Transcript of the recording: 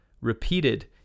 repeated